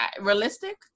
realistic